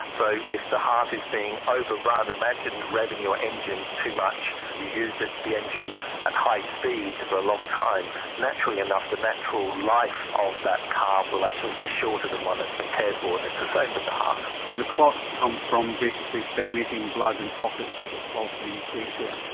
so if the heart is being overrun, imagine revving your engine too much, you use the engine at high speeds for a long time, naturally enough the natural life of that car will actually be shorter than one that has been cared for, and it's the same with the heart. and the clots come from basically stagnating blood in pockets of these atria.